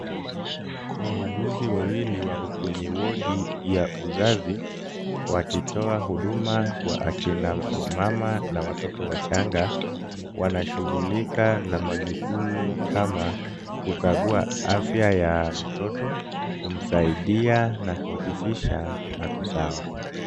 Wauguzi wawili wako kwenye wodi ya uzazi, wakitoa huduma kwa akina mama na watoto wachanga. Wanashughulika na majukumu kama kukagua afya ya mtoto, kumsaidia na kuhakikisha ako sawa.